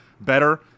better